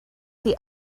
see